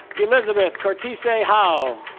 elizabeth cortese howe